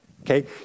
Okay